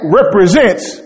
represents